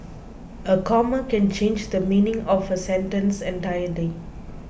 a comma can change the meaning of a sentence entirely